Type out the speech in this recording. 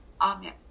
Amen